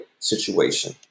situation